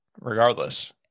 regardless